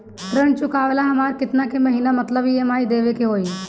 ऋण चुकावेला हमरा केतना के महीना मतलब ई.एम.आई देवे के होई?